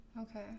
Okay